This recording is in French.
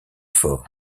fort